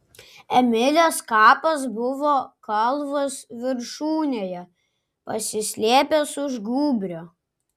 emilės kapas buvo kalvos viršūnėje pasislėpęs už gūbrio